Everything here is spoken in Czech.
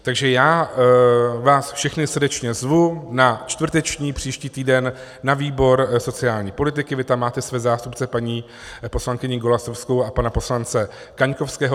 Takže vás všechny srdečně zvu na čtvrtek příští týden na výbor pro sociální politiku, vy tam máte své zástupce paní poslankyni Golasowskou a pana poslance Kaňkovského.